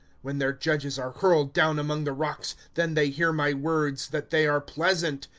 when their judges are hurled down among the rocks, then they hear my words, that they are pleasant.